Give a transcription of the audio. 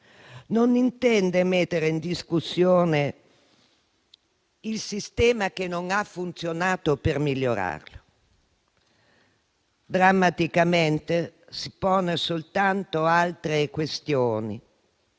Non intende mettere in discussione il sistema che non ha funzionato per migliorarlo. Drammaticamente, si pone soltanto altre questioni: